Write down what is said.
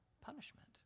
punishment